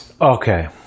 Okay